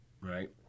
right